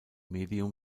medium